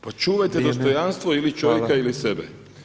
Pa čuvajte dostojanstvo [[Upadica Petrov: Vrijeme, hvala.]] ili čovjeka ili sebe.